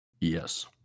Yes